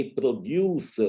produce